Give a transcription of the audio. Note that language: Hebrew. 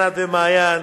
ענת ומעיין,